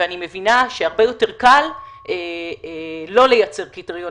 אני מבינה שהרבה יותר קל לא לייצר קריטריונים